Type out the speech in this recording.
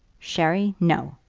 sherry no!